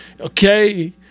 Okay